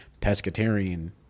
pescatarian